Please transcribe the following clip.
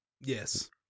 Yes